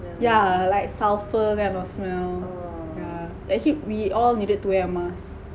yeah like sulphur kind of smell yeah actually we all needed to wear a mask